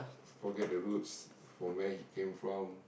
forget the roots from where he came from